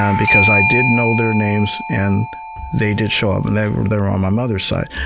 um because i did know their names and they did show up. and they were there on my mother's side,